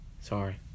sorry